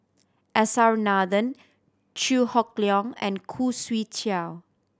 S R Nathan Chew Hock Leong and Khoo Swee Chiow